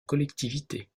collectivité